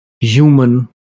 human